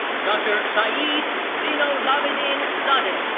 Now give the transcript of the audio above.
dr. saeed zeinolabedinzadeh.